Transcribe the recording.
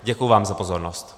Děkuji vám za pozornost.